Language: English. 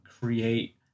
create